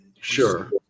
Sure